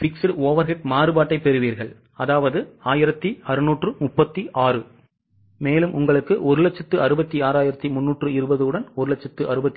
fixed overhead மாறுபாட்டை பெறுவீர்கள்அதாவது 1636 166320 உடன் 168000